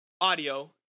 audio